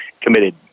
committed